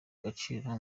agaciro